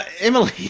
Emily